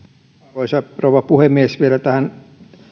arvoisa rouva puhemies vielä näihin